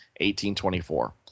1824